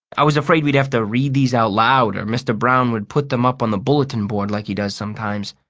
i was afraid we'd have to read these out loud, or mr. browne would put them up on the bulletin board like he does sometimes.